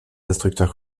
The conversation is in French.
instructeurs